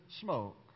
smoke